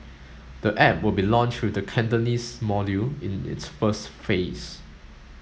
the app will be launched with the Cantonese module in its first phase